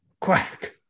quack